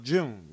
June